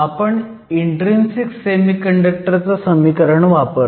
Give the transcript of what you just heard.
आपण intrinsic semiconductor चं समीकरण वापरतोय